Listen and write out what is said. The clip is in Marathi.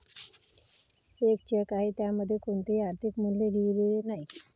एक चेक आहे ज्यामध्ये कोणतेही आर्थिक मूल्य लिहिलेले नाही